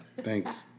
Thanks